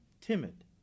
timid